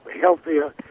healthier